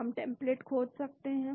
हम टेम्पलेट खोज सकते हैं